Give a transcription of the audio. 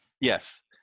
Yes